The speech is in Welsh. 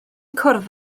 cwrdd